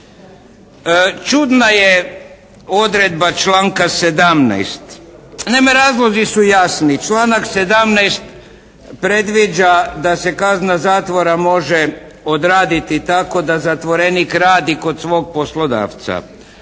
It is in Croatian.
Čudna je odredba članka 17. Naime razlozi su jasni, članak 17. predviđa da se kazna zatvora može odraditi tako da zatvorenik radi kod svog poslodavca.